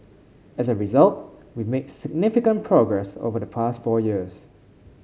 as a result we made significant progress over the past four years